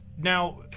now